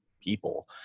people